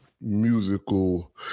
musical